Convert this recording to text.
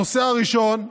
הנושא הראשון: